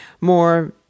more